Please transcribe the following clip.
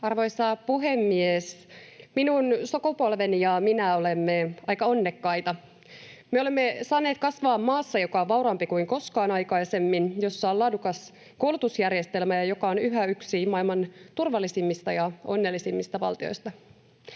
Arvoisa puhemies! Minun sukupolveni ja minä olemme aika onnekkaita. Me olemme saaneet kasvaa maassa, joka on vauraampi kuin koskaan aikaisemmin, jossa on laadukas koulutusjärjestelmä ja joka on yhä yksi maailman turvallisimmista ja onnellisimmista valtioista.